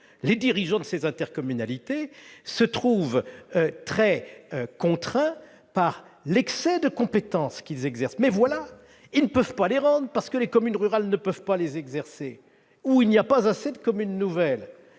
Les dirigeants de ces intercommunalités se trouvent contraints par l'excès de compétences qu'ils exercent. Pour autant, ils ne peuvent pas s'en affranchir, soit parce que les communes rurales ne peuvent pas les exercer, soit parce qu'il n'y a pas assez de communes nouvelles.